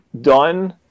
done